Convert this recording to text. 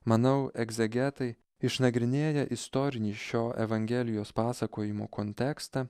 manau egzegetai išnagrinėję istorinį šio evangelijos pasakojimo kontekstą